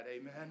Amen